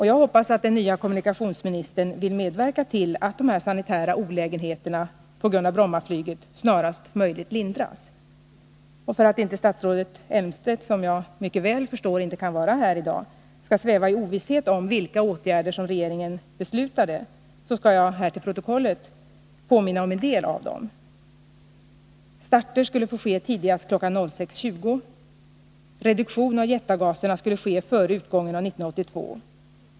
Jag hoppas att den nya kommunikationsministern vill medverka till att dessa sanitära olägenheter på grund av Brommaflyget snarast möjligt lindras. För att statsrådet Elmstedt, som jag mycket väl förstår inte kan vara här i dag, inte skall sväva i ovisshet om vilka åtgärder regeringen beslutade, skall jag med tanke på protokollet påminna om en del av dem.